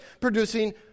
producing